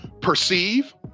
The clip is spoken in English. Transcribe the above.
perceive